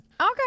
Okay